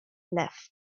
left